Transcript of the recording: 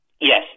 Yes